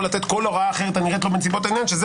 לתת כל הוראה אחרת שנראית לו בנסיבות העניין שזה